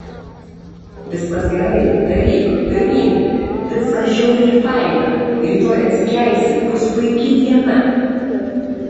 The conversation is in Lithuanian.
viskas gerai daryk pirmyn viskas žiauriai faina rytoj atsikelsi bus puiki diena